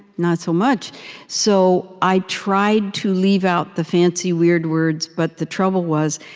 not so much so i tried to leave out the fancy, weird words, but the trouble was,